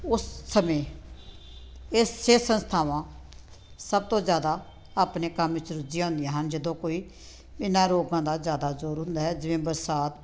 ਉਸ ਸਮੇਂ ਇਹ ਸਿਹਤ ਸੰਸਥਾਵਾਂ ਸਭ ਤੋਂ ਜ਼ਿਆਦਾ ਆਪਣੇ ਕੰਮ ਵਿਚ ਰੁਝੀਆਂ ਹੁੰਦੀਆਂ ਹਨ ਜਦੋਂ ਕੋਈ ਇਹਨਾਂ ਰੋਗਾਂ ਦਾ ਜ਼ਿਆਦਾ ਜ਼ੋਰ ਹੁੰਦਾ ਹੈ ਜਿਵੇਂ ਬਰਸਾਤ